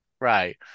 Right